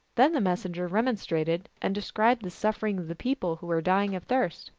then the messenger remonstrated, and described the suffering of the people, who were dying of thirst.